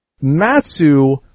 Matsu